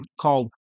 called